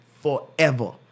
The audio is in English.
forever